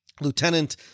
Lieutenant